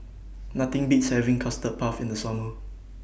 Nothing Beats having Custard Puff in The Summer